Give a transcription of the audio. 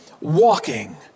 walking